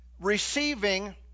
Receiving